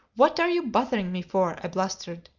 what are you bothering me for? i blustered.